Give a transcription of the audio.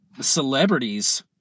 celebrities